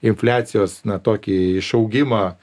infliacijos na tokį išaugimą